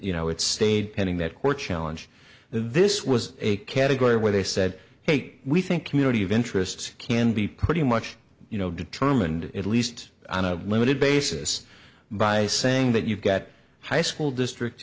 you know it stayed pending that court challenge this was a category where they said hey we think community of interests can be pretty much you know determined at least on a limited basis by saying that you've got high school district